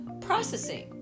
processing